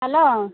hello